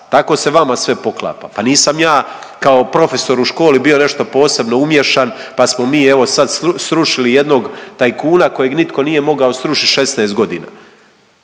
tako se vama sve poklapa, pa nisam ja kao profesor u školi bio nešto posebno umiješan pa smo evo sad srušili jednog tajkuna kojeg nitko nije mogao srušiti 16 godina.